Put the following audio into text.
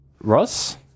Ross